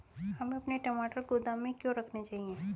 हमें अपने टमाटर गोदाम में क्यों रखने चाहिए?